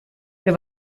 wir